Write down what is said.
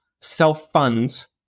self-funds